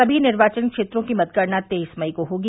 सभी निर्वाचन क्षेत्रों की मतगणना तेईस मई को होगी